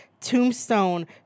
Tombstone